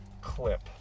clip